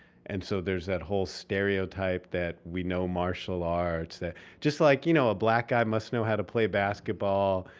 and so there's that whole stereotype that we know martial arts that just like you know, a black guy must know how to play basketball.